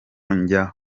njya